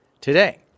today